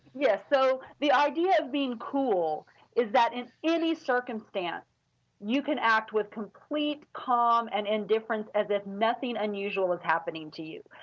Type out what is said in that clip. yeah. so the idea of being cool is that in any circumstance you can act with complete calm and indifference as if nothing unusual was happening to you.